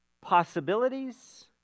possibilities